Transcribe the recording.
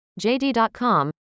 JD.com